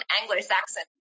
Anglo-Saxon